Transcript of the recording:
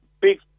big